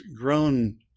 grown